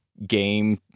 Game